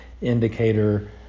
indicator